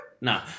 No